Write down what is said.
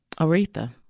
Aretha